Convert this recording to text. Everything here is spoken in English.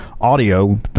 audio